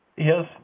Yes